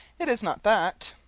it is not that.